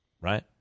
right